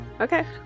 okay